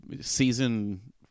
season